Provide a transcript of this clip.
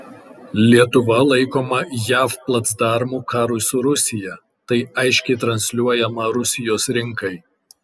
lietuva laikoma jav placdarmu karui su rusija tai aiškiai transliuojama rusijos rinkai